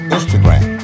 Instagram